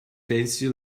fancy